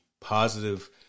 positive